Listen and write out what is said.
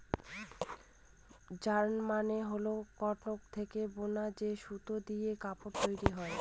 yarn মানে হল cotton থেকে বুনা যে সুতো দিয়ে কাপড় তৈরী হয়